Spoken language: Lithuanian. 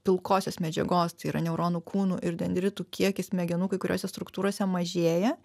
pilkosios medžiagos tai yra neuronų kūnų ir dendritų kiekis smegenų kai kuriose struktūrose mažėja